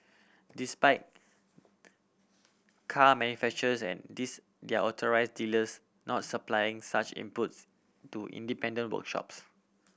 this spite car manufacturers and this their authorise dealers not supplying such inputs to independent workshops